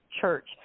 church